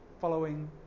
following